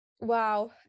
wow